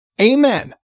Amen